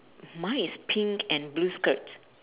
mine is pink and blue skirt